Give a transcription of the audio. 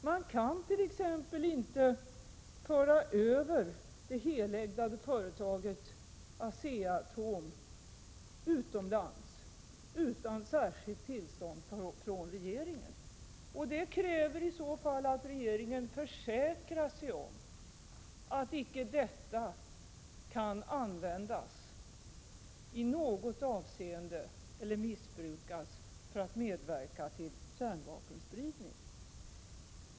Man kan t.ex. inte föra det helägda företaget ASEA-ATOM utomlands utan särskilt tillstånd från regeringen. Det krävs i så fall att regeringen försäkrar sig om att en sådan utflyttning inte kan användas i något avseende eller missbrukas för att medverka till kärnvapenspridning.